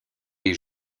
les